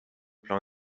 plan